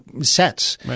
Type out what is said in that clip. sets